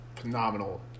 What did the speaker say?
phenomenal